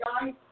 guys